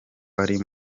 bari